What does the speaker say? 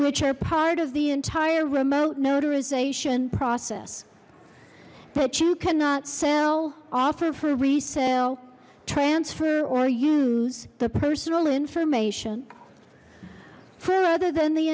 which are part of the entire remote notarization process but you cannot sell offer for resale transfer or use the personal information for other than the